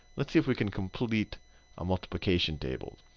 let's see if we can complete a multiplication table.